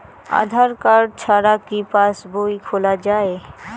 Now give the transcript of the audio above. আধার card ছাড়া কি পাসবই খোলা যায়?